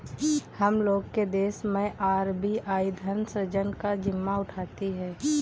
हम लोग के देश मैं आर.बी.आई धन सृजन का जिम्मा उठाती है